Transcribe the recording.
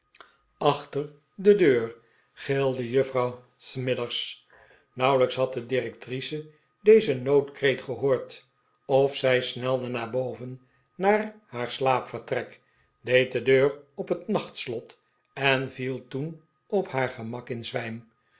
achter de deur gilde juffrouw smithers nauwelijks had de directrice dezen noodkreet gehoord of zij snelde naar boven naar haar slaapvertrek deed de deur op het nachtslot en viel toen op haar gemak in zwijm